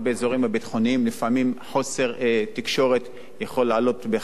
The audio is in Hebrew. לפעמים חוסר תקשורת יכול לעלות בחיים של בני-אדם,